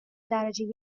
درجه